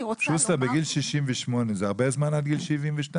שוסטר, בגיל 68 זה הרבה זמן עד גיל 72?